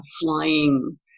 flying